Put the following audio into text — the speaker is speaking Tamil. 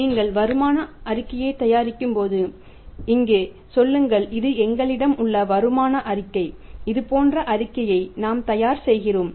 நீங்கள் வருமான அறிக்கையைத் தயாரிக்கும்போது இங்கே சொல்லுங்கள் இது எங்களிடம் உள்ள வருமான அறிக்கை இது போன்ற அறிக்கையை நாம் தயார் செய்கிறோம்